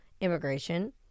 immigration